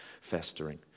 festering